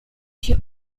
się